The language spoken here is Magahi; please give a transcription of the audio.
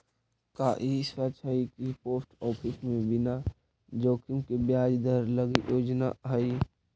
का ई सच हई कि पोस्ट ऑफिस में बिना जोखिम के ब्याज दर लागी योजना हई?